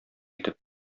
итеп